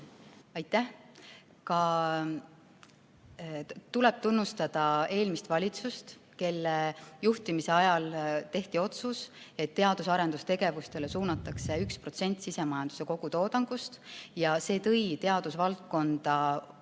Aitäh! Mul tuleb tunnustada ka eelmist valitsust, kelle juhtimise ajal tehti otsus, et teadus- ja arendustegevusele suunatakse 1% sisemajanduse kogutoodangust. See tõi teadusvaldkonda oluliselt